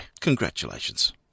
congratulations